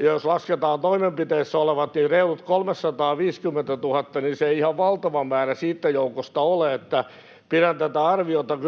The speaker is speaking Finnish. jos lasketaan toimenpiteissä olevat, reilut 350 000, niin se ei ihan valtava määrä siitä joukosta ole. Pidän tätä arviota